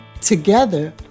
Together